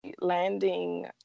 landing